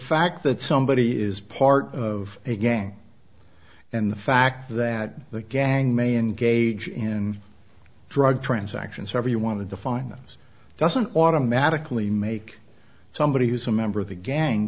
fact that somebody is part of a gang and the fact that the gang may engage in drug transactions however you want to define this doesn't automatically make somebody who's a member of the gang